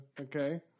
Okay